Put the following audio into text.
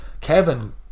Kevin